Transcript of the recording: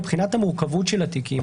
מבחינת המורכבות של התיקים,